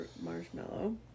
marshmallow